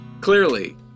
clearly